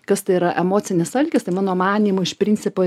kas tai yra emocinis alkis tai mano manymu iš principo